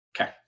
Okay